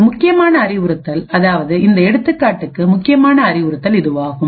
ஒரு முக்கியமான அறிவுறுத்தல் அதாவது இந்த எடுத்துக்காட்டுக்கு முக்கியமானஅறிவுறுத்தல் இதுவாகும்